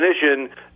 definition